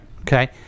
Okay